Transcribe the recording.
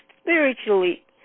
spiritually